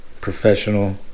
Professional